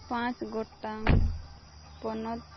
ᱯᱟᱸᱪ ᱜᱚᱴᱟᱝ ᱯᱚᱱᱚᱛ